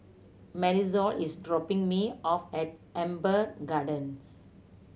Marisol is dropping me off at Amber Gardens